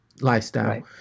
lifestyle